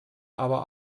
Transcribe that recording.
aber